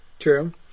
true